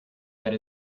that